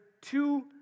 two